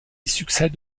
succède